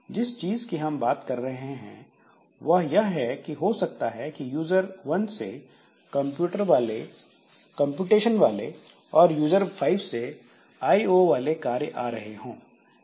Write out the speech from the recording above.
जिस चीज की हम बात कर रहे हैं वह यह है कि हो सकता है कि user1 से कंप्यूटेशन वाले और यूजर 5 से आईओ वाले कार्य आ रहे हो